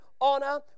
honor